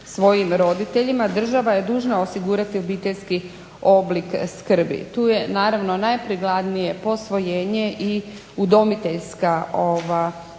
svojim roditeljima, država je dužna osigurati obiteljski oblik skrbi. Tu je naravno najprikladnije posvojenje i udomiteljska obitelj.